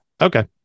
okay